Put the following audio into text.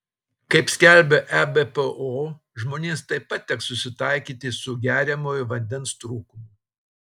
kaip skelbia ebpo žmonėms taip pat teks susitaikyti su geriamojo vandens trūkumu